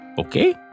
Okay